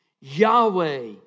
Yahweh